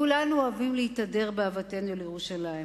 כולנו אוהבים להתהדר באהבתנו לירושלים,